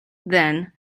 then